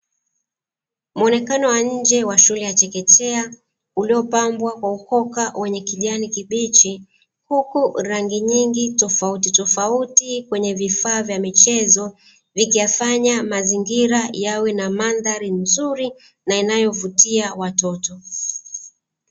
Muonekano wa nje wa shule ya chekechea uliyopambwa kwa ukoka wenye kijani kibichi, huku rangi nyingi tofauti tofauti kwenye vifaa vya michezo vikiyafanya mazingira yawe na mandhari nzuri na inayovutia watoto.